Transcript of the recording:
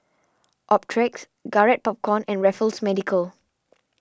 Optrex Garrett Popcorn and Raffles Medical